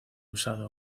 usado